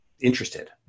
interested